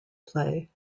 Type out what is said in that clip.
play